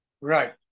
Right